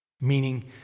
meaning